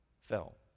fell